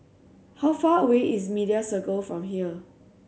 how far away is Media Circle from here